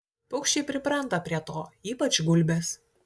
paukščiai pripranta prie to ypač gulbės